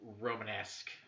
Romanesque